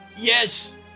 Yes